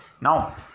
now